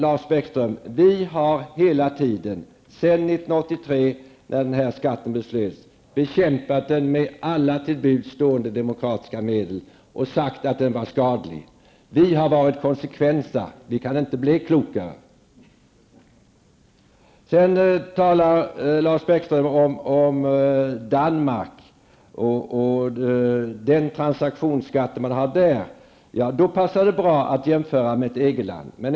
Lars Bäckström, vi har hela tiden sedan år 1983 när det fattades beslut om den här skatten bekämpat den med alla till buds stående demokratiska medel. Vi har hela tiden sagt att den är skadlig. Vi har varit konsekventa, och vi kan inte bli klokare. Lars Bäckström talade om Danmark och den transaktionsskatt som finns där. I det sammanhanget passar det bra att jämföra med ett EG-land.